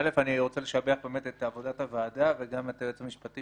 אני רוצה לשבח באמת את עבודת הוועדה וגם את היועץ המשפטי